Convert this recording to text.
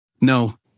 No